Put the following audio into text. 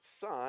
son